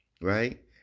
right